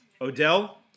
Odell